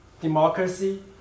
democracy